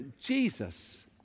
Jesus